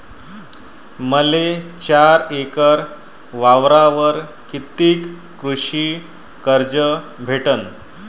मले चार एकर वावरावर कितीक कृषी कर्ज भेटन?